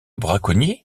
braconnier